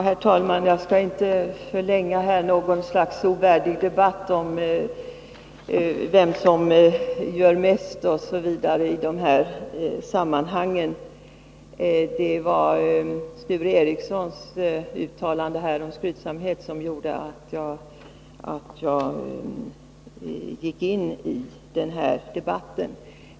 Herr talman! Jag skall inte förlänga en ovärdig debatt om vem som gör mest i dessa sammanhang. Det var Sture Ericsons uttalande om skrytsamhet som gjorde att jag gick in i den här debatten.